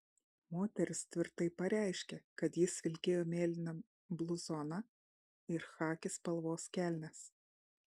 moteris tvirtai pareiškė kad jis vilkėjo mėlyną bluzoną ir chaki spalvos kelnes